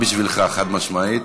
מחמאה בשבילך, חד-משמעית.